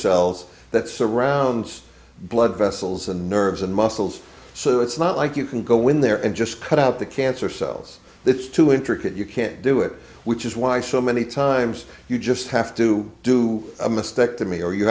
cells that surrounds blood vessels and nerves and muscles so it's not like you can go in there and just cut out the cancer cells it's too intricate you can't do it which is why so many times you just have to do a mistake to me or you